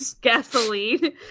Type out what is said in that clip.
gasoline